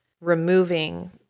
removing